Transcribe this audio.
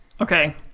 Okay